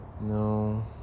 No